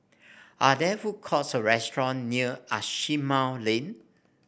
are there food courts or restaurant near Asimont Lane